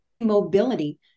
mobility